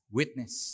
witness